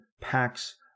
packs